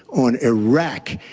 on iraq.